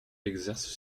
exercent